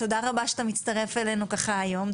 אריה תודה רבה שאתה מצטרף אלינו ככה היום,